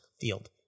field